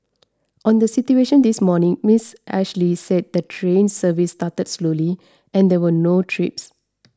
on the situation this morning Miss Ashley said the train service started slowly and there were no trips